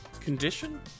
Condition